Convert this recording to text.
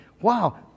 wow